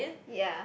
yea